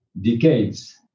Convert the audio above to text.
decades